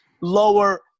lower